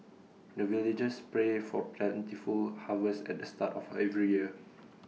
the villagers pray for plentiful harvest at the start of every year